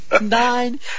Nine